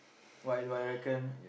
what do I reckon